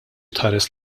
tħares